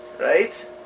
right